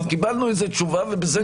קיבלנו איזו תשובה ובזה נסגור את הדיון.